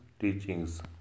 teachings